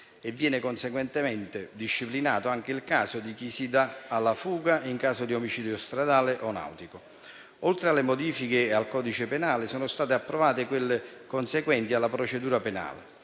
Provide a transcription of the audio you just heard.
Viene conseguentemente disciplinato anche il caso di chi si dà alla fuga in caso di omicidio stradale o nautico. Oltre alle modifiche al codice penale sono state approvate quelle, ad esse conseguenti, alla procedura penale.